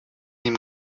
dem